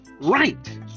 right